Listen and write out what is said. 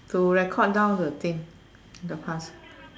to record down the thing the past